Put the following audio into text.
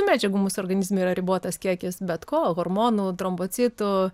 medžiagų mūsų organizme yra ribotas kiekis bet ko hormonų trombocitų